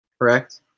Correct